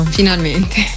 finalmente